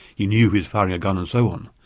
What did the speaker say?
he knew he was firing a gun and so on.